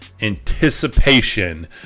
anticipation